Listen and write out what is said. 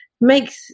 makes